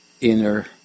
inner